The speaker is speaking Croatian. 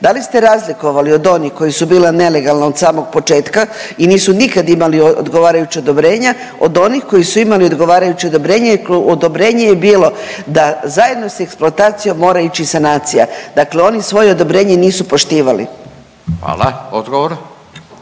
Da li ste razlikovali od onih koji su bile nelegalne od samog početka u nisu nikad imali odgovarajuća odobrenja od onih koji su imali odgovarajuća odobrenja i odobrenje je bilo da zajedno s eksploatacijom mora ići sanacija. Dakle, oni svoje odobrenje nisu poštivali. **Radin,